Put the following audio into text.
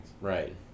Right